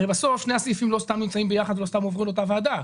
הרי בסוף שני הסעיפים לא סתם נמצאים ביחד ולא סתם עברו לאותה ועדה.